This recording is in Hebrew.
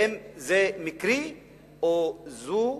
האם זה מקרי או זו